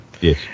yes